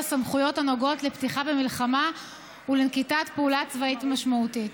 סמכויות הנוגעות לפתיחה במלחמה ולנקיטת פעולה צבאית משמעותית.